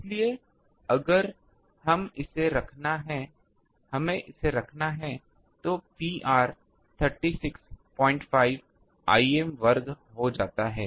इसलिए अगर हम इसे रखना हैं तो Pr 365 Im वर्ग हो जाता है